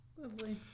Lovely